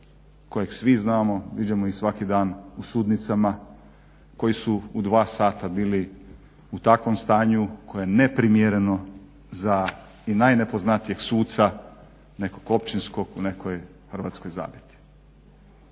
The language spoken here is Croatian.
koje svi znamo, viđamo ih svaki dan u sudnicama, koji su u 14 sati bili u takvom stanju koje je neprimjereno za i najnepoznatijeg suca nekog općinskog u nekoj hrvatskoj zabiti.